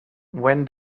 when